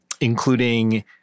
including